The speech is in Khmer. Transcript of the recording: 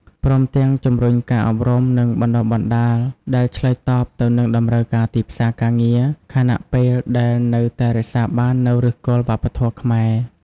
ព្រមទាំងជំរុញការអប់រំ និងបណ្ដុះបណ្ដាលដែលឆ្លើយតបទៅនឹងតម្រូវការទីផ្សារការងារ ខណៈពេលដែលនៅតែរក្សាបាននូវឫសគល់វប្បធម៌ខ្មែរ។